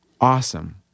Awesome